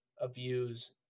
abuse